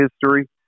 history